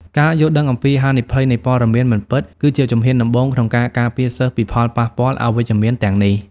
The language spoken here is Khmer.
ការយល់ដឹងអំពីហានិភ័យនៃព័ត៌មានមិនពិត គឺជាជំហានដំបូងក្នុងការការពារសិស្សពីផលប៉ះពាល់អវិជ្ជមានទាំងនេះ។